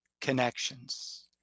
connections